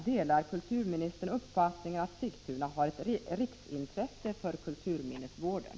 Delar kulturministern uppfattningen att Sigtuna har ett riksintresse för kulturminnesvården?